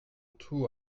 tout